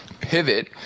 pivot